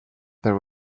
there